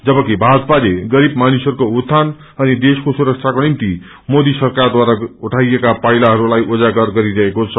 जबकि भाजपाले गरीब मानिसहरूको उत्थान अनि देशको सुरक्षाको निम्ति मोदी सरकारद्वारा उठाइएका पाइलाहरूलाई उजागार गरिरहेकोछ